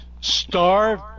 Starve